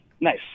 Nice